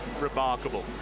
remarkable